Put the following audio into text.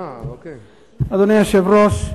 אדוני היושב-ראש,